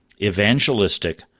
evangelistic